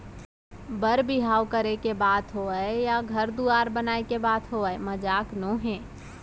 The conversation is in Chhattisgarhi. बर बिहाव करे के बात होवय या घर दुवार बनाए के बात होवय मजाक नोहे